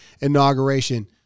inauguration